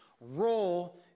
role